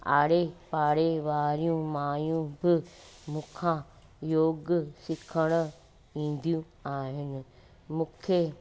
आड़े पाड़े वारियूं मायूं बि मूंखां योगु सिखणु ईंदियूं आहिनि मूंखे